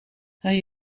hij